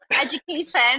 education